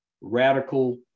Radical